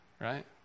right